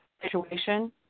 situation